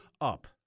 up